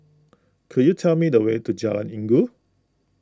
could you tell me the way to Jalan Inggu